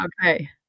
Okay